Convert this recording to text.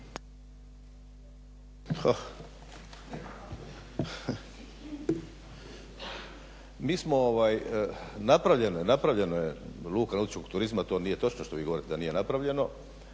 Mi smo, napravljeno je, napravljeno je luka nautičkog turizma. To nije točno što vi govorite da nije napravljeno.